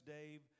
Dave